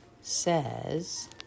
says